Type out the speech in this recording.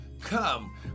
come